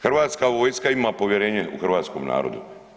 Hrvatska vojska ima povjerenje u hrvatskom narodu.